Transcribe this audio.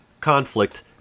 conflict